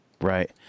Right